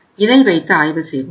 இதை வைத்து ஆய்வு செய்வோம்